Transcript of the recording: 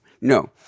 no